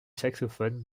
saxophone